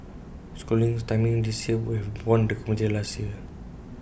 schooling's timing this year would have won the competition last year